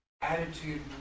attitude